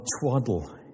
twaddle